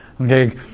Okay